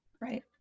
right